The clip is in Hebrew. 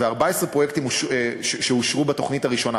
ו-14 פרויקטים אושרו בתוכנית הראשונה,